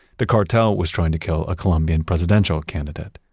the cartel was trying to kill a colombian presidential candidate.